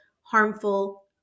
harmful